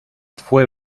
fue